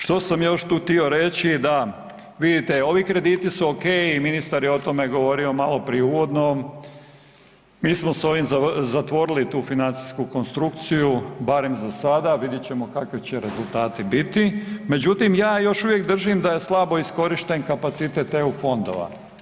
Što sam još tu htio reći da, vidite ovi krediti su ok i ministar je o tome govorio maloprije uvodno, mi smo s ovim zatvorili tu financijsku konstrukciju barem za sada, vidjet ćemo kakvi će rezultati biti međutim ja još uvijek držim da je slabo iskorišten kapacitet EU fondova.